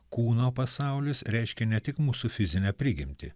kūno pasaulis reiškia ne tik mūsų fizinę prigimtį